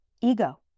Ego